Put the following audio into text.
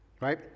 right